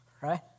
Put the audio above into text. Right